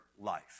life